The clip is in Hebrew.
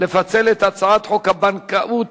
לפצל את הצעת חוק הבנקאות